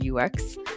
UX